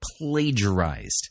plagiarized